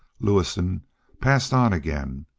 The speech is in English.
lewison passed on again.